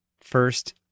first